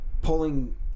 pulling